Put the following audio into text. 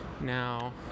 Now